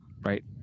right